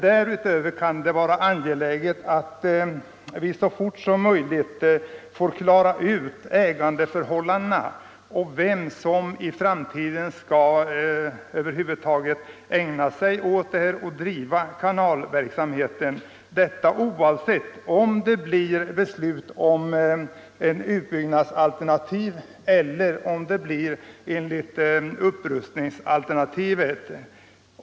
Därutöver är det angeläget att så fort som möjligt klara ut ägarförhållandena och vem som i framtiden över huvud taget skall ägna sig åt och driva kanalverksamheten, detta oavsett om vi beslutar om utbyggnad eller upprustning.